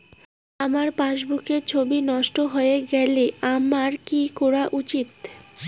আমার পাসবুকের ছবি নষ্ট হয়ে গেলে আমার কী করা উচিৎ?